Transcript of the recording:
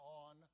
on